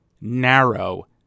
narrow